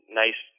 nice